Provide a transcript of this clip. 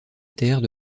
terre